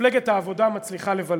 מפלגת העבודה מצליחה לבלבל.